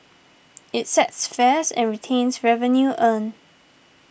it sets fares and retains revenue earned